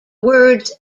words